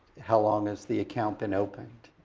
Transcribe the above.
how long has the account been opened?